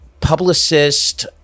publicist